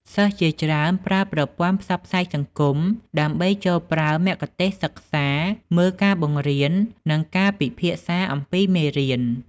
សិស្សជាច្រើនប្រើប្រព័ន្ធផ្សព្វផ្សាយសង្គមដើម្បីចូលប្រើមគ្គុទ្ទេសក៍សិក្សា មើលការបង្រៀន និងការពិភាក្សាអំពីមេរៀន។